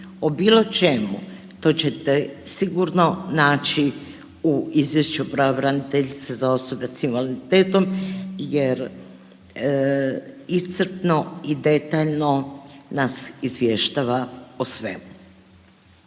o bilo čemu, to ćete sigurno naći u izvješću pravobraniteljice za osobe s invaliditetom jer iscrpno i detaljno nas izvještava o svemu.